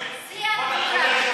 זה שיא הדמוקרטיה.